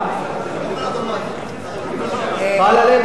חל עליהם או לא חל?